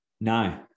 No